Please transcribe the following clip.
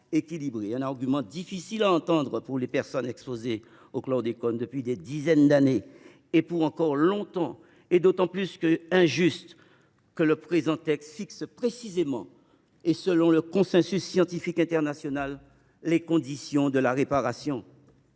Cet argument est difficile à entendre pour les personnes exposées au chlordécone depuis des dizaines d’années et qui le seront encore longtemps. Cela paraît d’autant plus injuste que le présent texte fixe précisément, selon le consensus scientifique international, les conditions de la réparation.